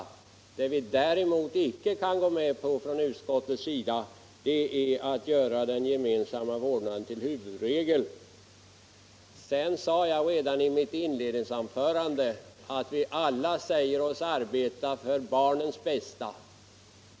Det vi däremot från utskottets sida icke kan gå med på är att göra den gemensamma vårdnaden till huvudregel. Jag nämnde redan i mitt inledningsanförande att vi alla säger oss arbeta för barnens bästa.